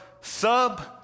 sub